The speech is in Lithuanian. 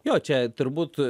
jo čia turbūt